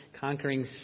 conquering